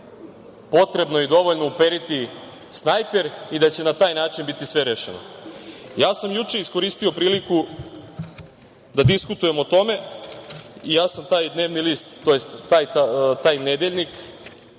Vučića potrebno i dovoljno uperiti snajper i da će na taj način biti sve rešeno. Ja sam juče iskoristio priliku da diskutujem o tome i ja sam taj dnevni list tj. taj nedeljnik